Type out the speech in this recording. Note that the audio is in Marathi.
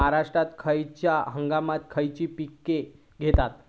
महाराष्ट्रात खयच्या हंगामांत खयची पीका घेतत?